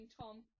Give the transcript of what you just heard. Tom